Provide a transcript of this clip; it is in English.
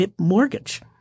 mortgage